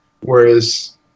Whereas